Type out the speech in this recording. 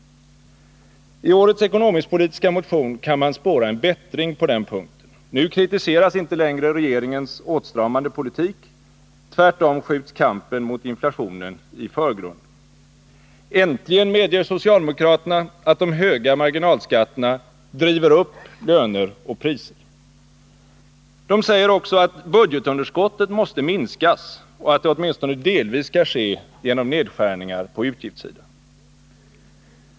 I årets ekonomisk-politiska motion kan man spåra en bättring på den punkten. Nu kritiseras inte längre regeringens åtstramande politik — tvärtom skjuts kampen mot inflationen i förgrunden. Äntligen medger socialdemokraterna att de höga marginalskatterna driver upp löner och priser. De säger också att budgetunderskottet måste minskas och att det åtminstone delvis skall ske genom nedskärningar på utgiftssidan.